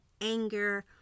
anger